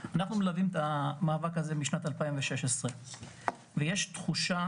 אנחנו מלווים את המאבק הזה משנת 2016 ויש תחושה